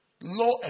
Law